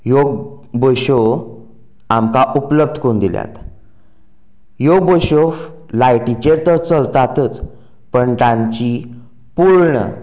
ह्यो बसी आमकां उपलब्द करून दिल्यात ह्यो बसी लायटीचेर तर चलतातच पूण तांची पूर्ण